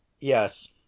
yes